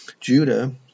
Judah